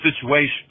situation